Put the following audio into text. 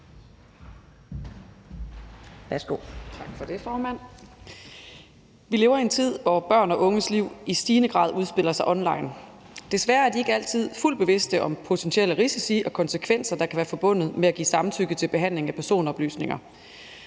Vi lever i en tid, hvor børn og unges liv i stigende grad udspiller sig online. Desværre er de ikke altid fuldt bevidste om de potentielle risici og konsekvenser, der kan være forbundet med at give samtykke til behandlingen af personoplysninger.